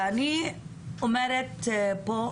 ואני אומרת פה,